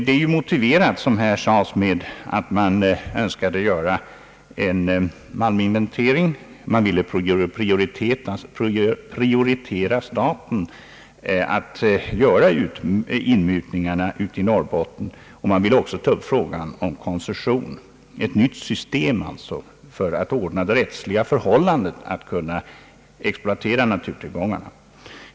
Det är — som här sades — motiverat med att man önskade göra en malminventering. Man ville prioritera staten att göra inmutningarna i Norrbotten. Man vill också ta upp frågan om koncessioner, alltså ett nytt system för att ordna det rättsliga förhållandet och kunna exploatera naturtillgångarna.